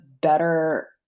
better